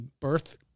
birth